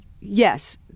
Yes